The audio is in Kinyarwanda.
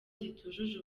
zitujuje